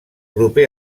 proper